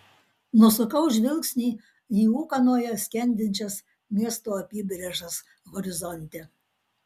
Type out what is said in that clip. nusukau žvilgsnį į ūkanoje skendinčias miesto apybrėžas horizonte